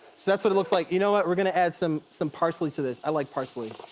so that's what it looks like. you know what? we're gonna add some some parsley to this. i like parsley.